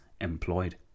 employed